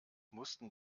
mussten